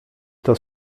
das